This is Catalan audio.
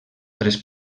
tres